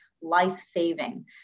life-saving